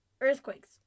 earthquakes